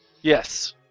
Yes